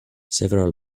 several